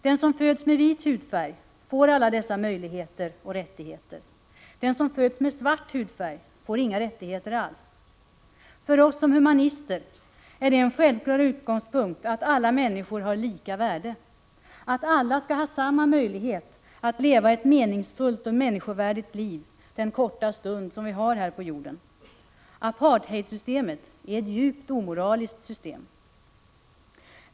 Den som föds med vit hudfärg får alla dessa möjligheter och rättigheter. Den som föds med svart hudfärg får inga rättigheter alls. För oss som humanister är det en självklar utgångspunkt att alla människor har lika värde, att alla skall ha samma möjlighet att leva ett meningsfullt och människovärdigt liv den korta stund vi har på jorden. Apartheidsystemet är ett djupt omoraliskt system.